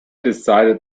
decided